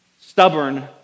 stubborn